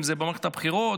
אם זה במערכת הבחירות,